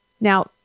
Now